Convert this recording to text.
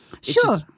Sure